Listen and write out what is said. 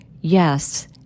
yes